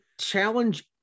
challenge